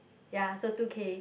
ya so two K